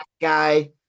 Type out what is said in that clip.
Guy